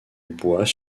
bois